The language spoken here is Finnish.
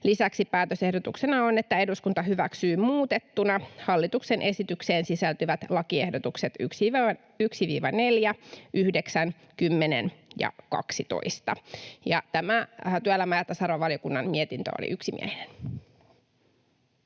Lisäksi päätösehdotuksena on, että eduskunta hyväksyy muutettuna hallituksen esitykseen sisältyvät lakiehdotukset 1—4, 9, 10 ja 12. Tämä työelämä- ja tasa-arvovaliokunnan mietintö oli yksimielinen.